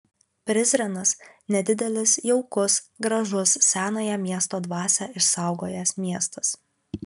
prizrenas nedidelis jaukus gražus senąją miesto dvasią išsaugojęs miestas